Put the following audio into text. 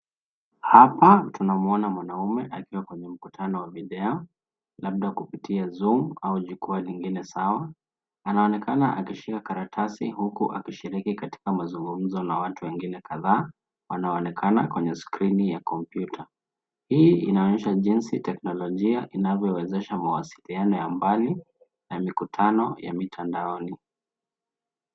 Hapa tunamwona mwanaume akiwa kwenye mkutano wa video labda kupitia Zoom au jukwaa lingine sawa. Anaonekana akishika karatasi huku akishiriki katika mazungumzo na watu wengine kadhaa wanaonekana kwenye skrini ya kompyuta. Hii inaonyesha jinsi teknolojia inavyowezesha mawasiliano ya mbali na mikutano ya mitandaoni.